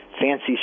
fancy